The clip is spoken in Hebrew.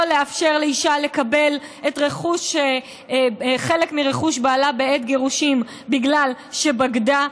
לאפשר לאישה לקבל חלק מרכוש בעלה בעת גירושים בגלל שבגדה,